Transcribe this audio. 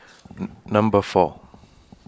Number four